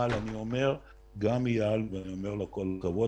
אבל אני אומר גם לאייל ואני אומר לו כל הכבוד